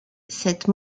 cette